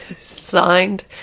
Signed